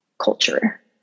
culture